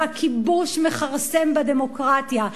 והכיבוש מכרסם בדמוקרטיה.